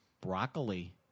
Broccoli